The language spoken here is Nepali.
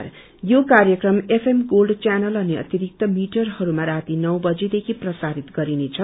यो कार्यक्रम एफएमगोल्ड चैनल अनि अतिरिक्त मिटरहरूमा राती नौ बजे देखि प्रसारित गरिनेछ